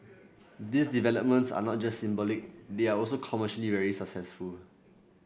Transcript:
these developments are not just symbolic they are also commercially very successful